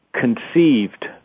conceived